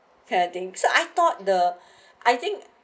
padding so I thought the I think